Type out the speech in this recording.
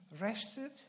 rested